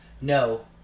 No